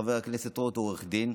חבר הכנסת רוט הוא עורך דין,